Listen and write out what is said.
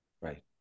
right